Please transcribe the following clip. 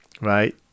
Right